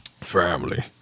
Family